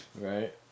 right